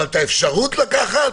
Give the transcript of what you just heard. אבל את האפשרות לקחת?